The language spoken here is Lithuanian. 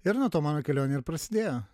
ir nuo to mano kelionė ir prasidėjo